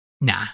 nah